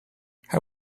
how